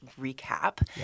recap